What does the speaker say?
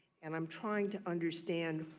and am trying to understand